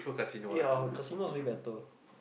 ya casino's way better